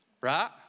Right